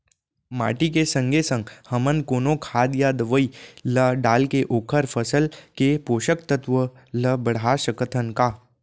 माटी के संगे संग हमन कोनो खाद या दवई ल डालके ओखर फसल के पोषकतत्त्व ल बढ़ा सकथन का?